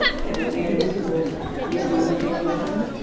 they were parents will disown their children.